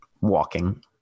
Walking